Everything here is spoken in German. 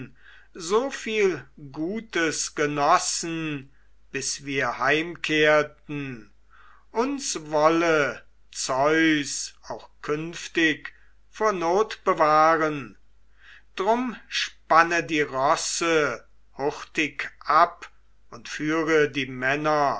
menschen soviel gutes genossen bis wir heimkehrten uns wolle zeus auch künftig vor not bewahren drum spanne die rosse hurtig ab und führe die männer